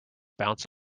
bounce